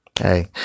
hey